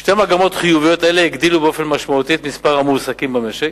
שתי מגמות חיוביות אלה הגדילו באופן משמעותי את מספר המועסקים במשק,